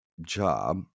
job